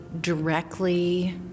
directly